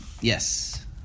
Yes